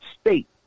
state